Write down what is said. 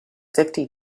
fifty